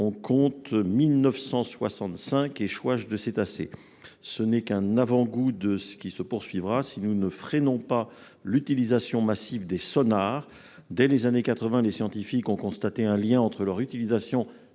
du littoral français ... Ce n'est qu'un avant-goût de ce qui se poursuivra, si nous ne freinons pas l'utilisation massive des sonars. Dès les années 1980, les scientifiques ont constaté un lien entre leur utilisation